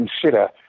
consider